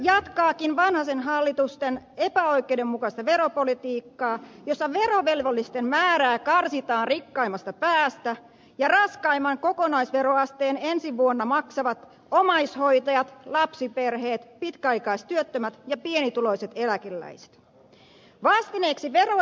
budjetti jatkaakin vanhasen hallitusten epäoikeudenmukaista veropolitiikkaa jossa verovelvollisten määrää karsitaan rikkaimmasta päästä ja raskaimman kokonaisverotaakan maksajia ensi vuonna ovat omaishoitajat lapsiperheet pitkäaikaistyöttömät ja pienituloiset eläkeläiset